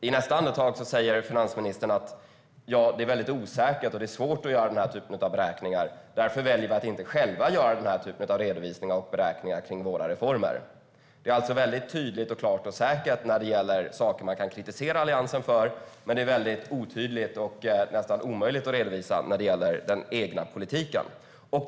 I nästa andetag säger finansministern att det är svårt och osäkert att göra denna typ av beräkningar, så därför väljer regeringen att inte göra sådana för sina reformer. Beräkningarna är alltså tydliga och klara när det gäller sådant man kan kritisera Alliansen för, men när det gäller den egna politiken är de omöjliga att redovisa.